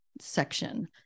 section